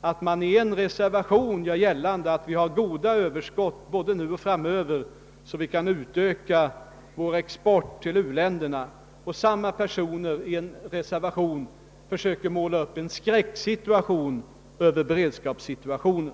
att man i reservationen gör gällande att vi har ett stort överskott både nu och framöver så att vi kan öka vår export till u-länderna, medan samma personer i en reservation: målar upp en skräckbild av beredskapssituationen.